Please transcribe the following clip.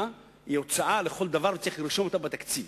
היא הוצאה לכל דבר וצריך לרשום אותה בתקציב.